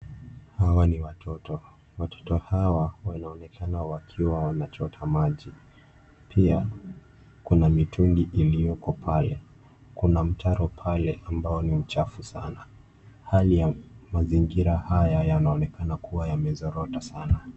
Hawa ni watoto, watoto hawa wanaonekana wakiwa wanachota maji. Pia, kuna mitungi iliyoko pale. Kuna mtaro pale ambao ni mchafu sana. Hali ya mazingira haya yanaoneka kuwa yamezorota sana.